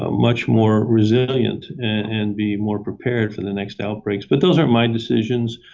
ah much more resilient and be more prepared for the next outbreaks, but those aren't my decisions.